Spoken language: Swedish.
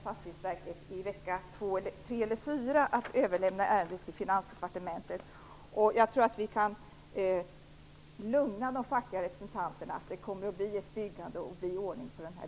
Fastighetsverket kommer sedan i vecka 3 eller vecka 4 att överlämna ärendet till Finansdepartementet. Jag tror att vi kan lugna de fackliga representanterna med det blir ett byggande och att det kommer att bli ordning på det här.